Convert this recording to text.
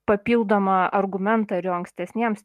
papildomą argumentą ir ankstesniems